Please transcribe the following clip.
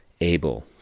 able